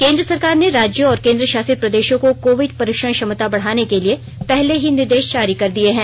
केंद्र सरकार ने राज्यों और केंद्र शासित प्रदेशों को कोविड परीक्षण क्षमता बढाने के लिए पहले ही निर्देश जारी कर दिए हैं